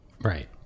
Right